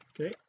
okay